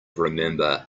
remember